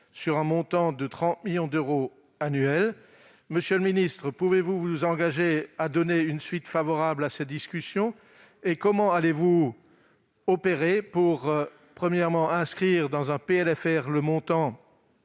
sur un montant de 30 millions d'euros annuels. Monsieur le ministre, pouvez-vous vous engager à donner une suite favorable à cette discussion ? Comment allez-vous opérer pour inscrire dans un PLFR le montant